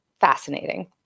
fascinating